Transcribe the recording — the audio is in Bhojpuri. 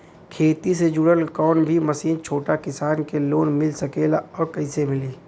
खेती से जुड़ल कौन भी मशीन छोटा किसान के लोन मिल सकेला और कइसे मिली?